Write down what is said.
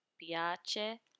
Piace